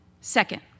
Second